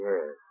Yes